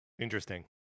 Interesting